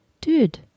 dude